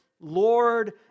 Lord